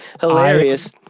hilarious